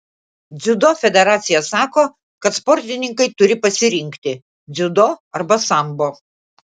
dziudo federacija sako kad sportininkai turi pasirinkti dziudo arba sambo